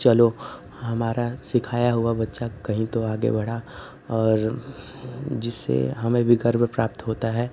चलो हमारा सिखाया हुआ बच्चा कहीं तो आगे बढ़ा और जिससे हमें भी गर्व प्राप्त होता है